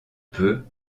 peu